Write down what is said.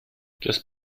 just